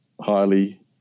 highly